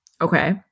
Okay